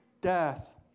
death